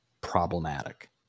problematic